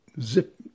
zip